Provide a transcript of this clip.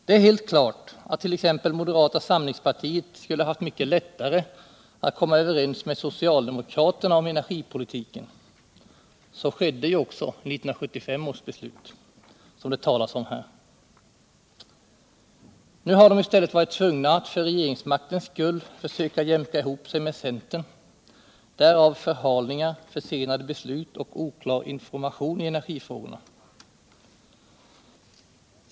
Det är helt klart att t.ex. moderata samlingspartiet skulle haft mycket lättare att komma överens med socialdemokraterna om energipolitiken. Så skedde ju också i 1975 års beslut, som det talas om här. Nu har de i stället varit tvungna att för regeringsmaktens skull försöka jämka ihop sig med centern — därav förhalningar, försenade beslut och oklar information i energifrågorna.